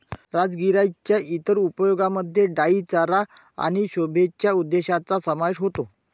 राजगिराच्या इतर उपयोगांमध्ये डाई चारा आणि शोभेच्या उद्देशांचा समावेश होतो